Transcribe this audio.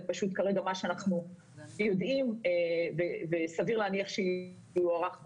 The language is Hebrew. כרגע מה שאנחנו יודעים, וסביר להניח שיוארך בהמשך.